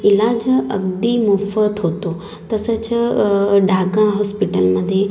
इलाज अगदी मोफत होतो तसंच ढाका हॉस्पिटलमध्ये